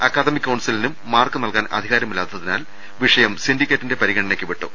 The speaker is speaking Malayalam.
അക്കാദമിക് കൌൺസിലിനും മാർക്ക് നൽകാൻ അധികാരമില്ലാത്ത തിനാൽ വിഷയം സിൻഡിക്കേറ്റിന്റെ പരിഗണനക്ക് വിട്ടു